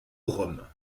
rome